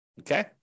okay